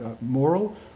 moral